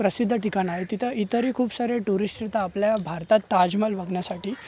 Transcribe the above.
प्रसिद्ध ठिकाण आहे तिथं इतरही खूप सारे टुरिस्ट येतात आपल्या भारतात ताजमहल बघण्यासाठी